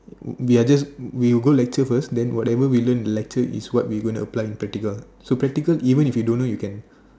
we are just we will go lecture first then whatever we learn in the lecture is what we gonna apply in practical so practical even if you don't know you can